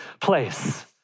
place